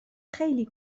خیلی